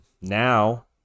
Now